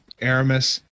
aramis